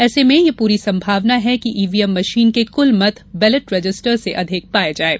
ऐसे में यह पूरी संभावना है कि ईवीएम मशीन के कुल मत बेलेट रजिस्टर से अधिक पाये जायें